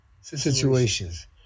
situations